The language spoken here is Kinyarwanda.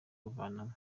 kuvanamo